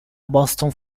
boston